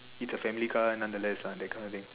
it's a family car nonetheless lah that kind of thing